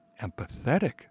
empathetic